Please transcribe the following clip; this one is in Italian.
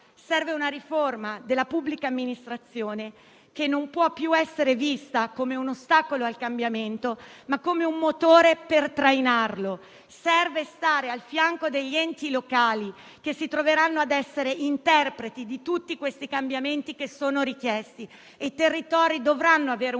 serve una riforma della pubblica amministrazione, che non può più essere vista come un ostacolo al cambiamento, ma come un motore per trainarlo. Serve stare al fianco degli enti locali che si troveranno a essere interpreti di tutti questi cambiamenti che sono richiesti e i territori dovranno essere